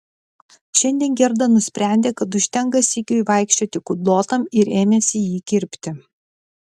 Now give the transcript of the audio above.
šiandien gerda nusprendė kad užtenka sigiui vaikščioti kudlotam ir ėmėsi jį kirpti